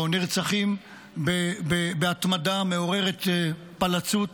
או נרצחים בהתמדה מעוררת פלצות.